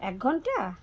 এক ঘণ্টা